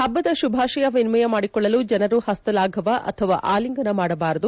ಪಬ್ಬದ ಶುಭಾಶಯ ವಿನಿಮಯ ಮಾಡಿಕೊಳ್ಳಲು ಜನರು ಪಸ್ತಲಾಘವ ಅಥವಾ ಆಲಿಂಗನ ಮಾಡಬಾರದು